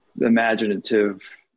imaginative